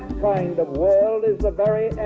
kind of world is a very